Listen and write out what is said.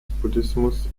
buddhismus